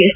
S